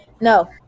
No